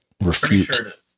refute